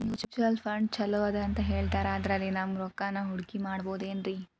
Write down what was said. Mutual fund ಛಲೋ ಅದಾ ಅಂತಾ ಹೇಳ್ತಾರ ಅದ್ರಲ್ಲಿ ನಮ್ ರೊಕ್ಕನಾ ಹೂಡಕಿ ಮಾಡಬೋದೇನ್ರಿ?